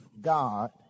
God